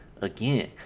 Again